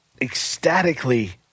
ecstatically